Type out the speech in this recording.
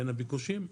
בין הביקושים לצרכים.